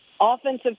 offensive